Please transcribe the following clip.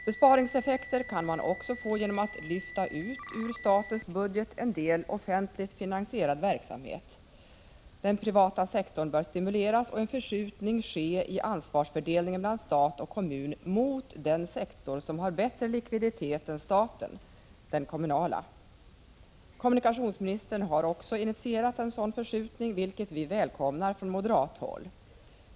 Besparingseffekter kan man också få genom att lyfta ut ur statens budget en del offentligt finansierad verksamhet. Den privata sektorn bör stimuleras och en förskjutning ske i ansvarsfördelningen mellan stat och kommun mot den sektor som har bättre likviditet än staten, den kommunala. Kommunikationsministern har också initierat en sådan förskjutning, vilket vi välkomnar från moderat håll.